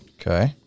Okay